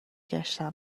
گشتم